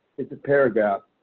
it's a paragraph.